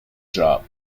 job